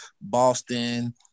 Boston